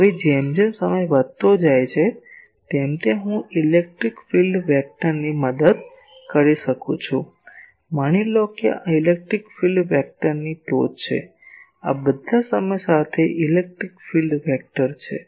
હવે જેમ જેમ સમય વધતો જાય છે તેમ તેમ હું ઇલેક્ટ્રિક ફીલ્ડ સદિશની મદદ કરી શકું છું માની લો કે આ ઇલેક્ટ્રિક ફીલ્ડ સદિશની ટોચ છે આ બધા સમય સાથે ઇલેક્ટ્રિક ફીલ્ડ સદિશ છે